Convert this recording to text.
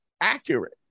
accurate